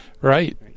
right